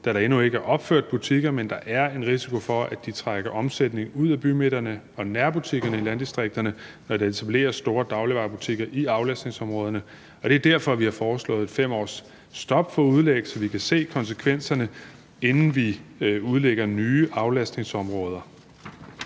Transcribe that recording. da der endnu ikke er opført butikker, men der er en risiko for, at de trækker omsætning ud af bymidterne og nærbutikkerne i landdistrikterne, når der etableres store dagligvarebutikker i aflastningsområderne. Det er derfor, vi har foreslået et 5-årsstop for udlæg, så vi kan se konsekvenserne, inden vi udlægger nye aflastningsområder.